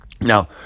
Now